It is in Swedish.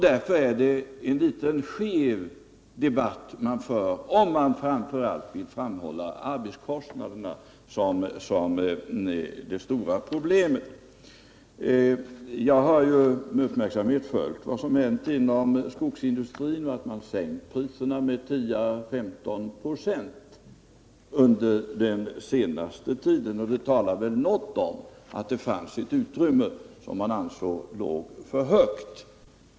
Därför är det en litet skev debatt man för, om man framför allt vill framhålla arbetskostnaderna som det stora problemet. Jag har med uppmärksamhet följt vad som hänt inom skogsindustrin och noterat, att man sänkt priset med 10-15 96 under den senaste tiden. Det tyder på att man ansett priset vara för högt och att det fanns utrymme för att sänka det.